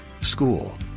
school